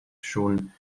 schon